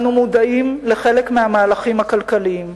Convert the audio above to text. אנו מודעים לחלק מהמהלכים הכלכליים.